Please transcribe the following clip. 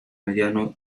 mediano